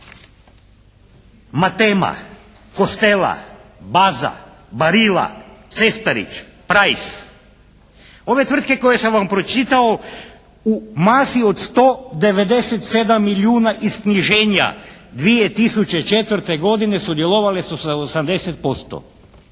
"Matema", "Kostela", "Baza", "Barila", "Cestarić", "Price", ove tvrtke koje sam vam pročitao u masi od 197 milijuna isknjiženja 2004. godine sudjelovale su sa 80%.